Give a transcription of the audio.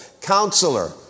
Counselor